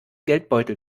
geldbeutel